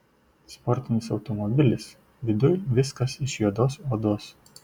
sportinis automobilis viduj viskas iš juodos odos